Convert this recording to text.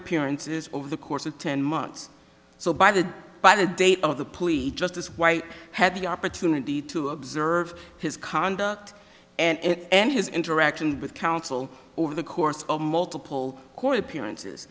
appearances over the course of ten months so by the by the date of the police justice white had the opportunity to observe his conduct and it and his interaction with counsel over the course of multiple court appearances